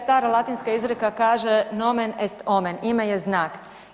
Stara latinska izreka kaže „nomen est omen“ ime je znak.